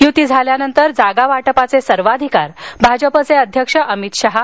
युती झाल्यानंतर जागा वाटपाचे सर्वाधिकार भाजपचे अध्यक्ष अमित शहा